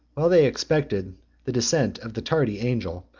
while they expected the descent of the tardy angel,